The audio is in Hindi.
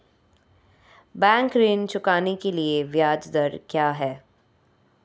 बैंक ऋण चुकाने के लिए ब्याज दर क्या है?